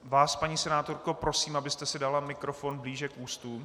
Vás, paní senátorko, prosím, abyste si dala mikrofon blíže k ústům.